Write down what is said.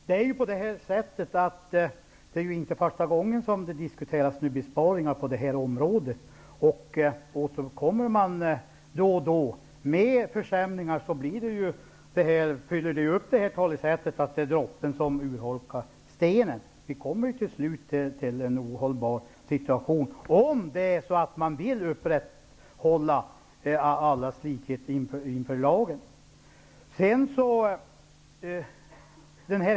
Herr talman! Det är ju inte första gången som besparingar på det här området diskuteras. Om man återkommer då och då med försämringar, blir det ju som i talesättet att droppen urholkar stenen. Vi kommer till slut till en ohållbar situation om man vill upprätthålla allas likhet inför lagen.